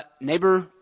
neighbor